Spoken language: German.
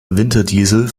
winterdiesel